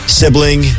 sibling